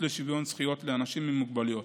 שוויון זכויות לאנשים עם מוגבלויות.